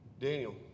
Daniel